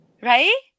Right